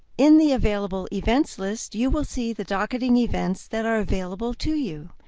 in the available events list you will see the docketing events that are available to you.